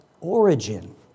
origin